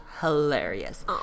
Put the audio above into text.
hilarious